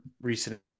recent